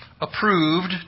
approved